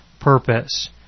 purpose